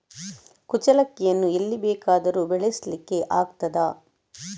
ಕುಚ್ಚಲಕ್ಕಿಯನ್ನು ಎಲ್ಲಿ ಬೇಕಾದರೂ ಬೆಳೆಸ್ಲಿಕ್ಕೆ ಆಗ್ತದ?